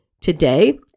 today